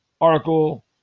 article